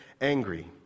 angry